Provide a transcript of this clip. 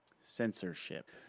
Censorship